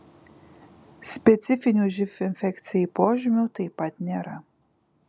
specifinių živ infekcijai požymių taip pat nėra